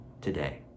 today